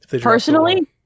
Personally